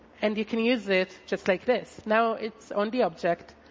and you can use it just like this. now it's on the object.